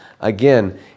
Again